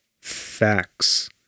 facts